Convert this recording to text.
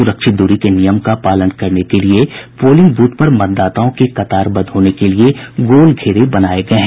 सुरक्षित दूरी के नियम का पालन करने के लिये पोलिंग ब्रथ पर मतदाताओं के कतारबद्ध होने के लिये गोल घेरे बनाये गये हैं